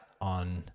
on